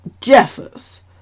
Jeffers